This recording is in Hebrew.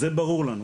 זה ברור לנו,